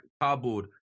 cardboard